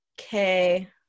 okay